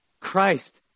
Christ